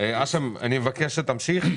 האשם, אני מבקש שתמשיך.